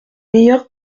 meilleure